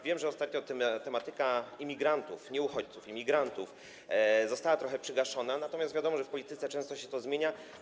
Wiem, że ostatnio tematyka imigrantów, nie uchodźców, imigrantów, została trochę wygaszona, natomiast wiadomo, że w polityce często się to zmienia.